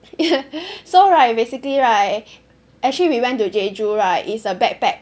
so right basically right actually we went to Jeju right it's a backpack